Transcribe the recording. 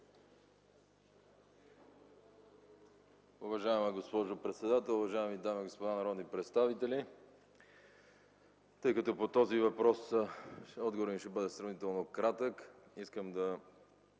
Уважаема госпожо председател, уважаеми дами и господа народни представители! Тъй като по този въпрос отговорът ми ще бъде сравнително кратък, искам да